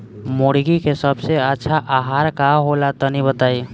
मुर्गी के सबसे अच्छा आहार का होला तनी बताई?